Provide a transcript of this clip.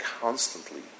constantly